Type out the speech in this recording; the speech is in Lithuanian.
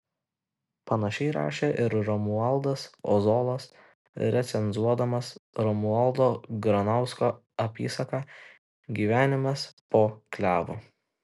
panašiai rašė ir romualdas ozolas recenzuodamas romualdo granausko apysaką gyvenimas po klevu